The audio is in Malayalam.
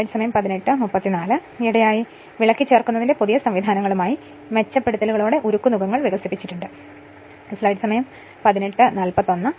ഈയിടെയായി വിളക്കി ചേർക്കുന്നതിന്റെ പുതിയ സംവിധാനങ്ങളുമായി മെച്ചപ്പെടുത്തലുകളോടെ ഉരുക്ക് നുകങ്ങൾ വികസിപ്പിച്ചെടുത്തിട്ടുണ്ട്